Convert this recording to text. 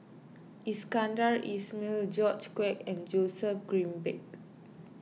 Iskandar Ismail George Quek and Joseph Grimberg